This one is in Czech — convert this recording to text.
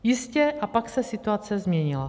Jistě, a pak se situace změnila.